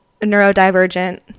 neurodivergent